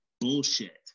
bullshit